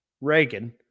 Reagan